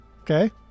Okay